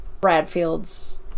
Bradfield's